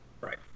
Right